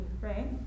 right